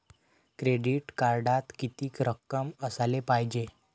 Credit कार्डात कितीक रक्कम असाले पायजे?